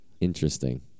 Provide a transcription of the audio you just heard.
Interesting